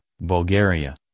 Bulgaria